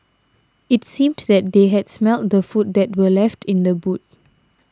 it seemed that they had smelt the food that were left in the boot